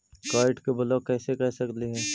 Card के block कैसे कर सकली हे?